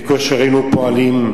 בקושי ראינו פועלים.